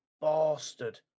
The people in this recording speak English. bastard